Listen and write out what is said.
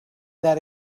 that